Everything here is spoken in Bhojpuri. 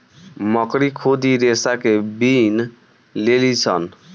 मकड़ी खुद इ रेसा के बिन लेलीसन